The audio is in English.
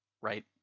right